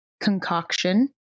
concoction